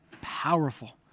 powerful